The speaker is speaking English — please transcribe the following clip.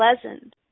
pleasant